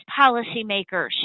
policymakers